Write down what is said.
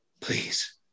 Please